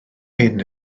hyn